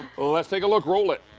let's take a look. roll it!